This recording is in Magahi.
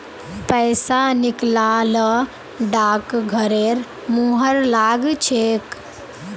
पैसा निकला ल डाकघरेर मुहर लाग छेक